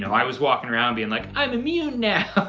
you know i was walking around being like, i'm immune now!